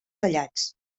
tallats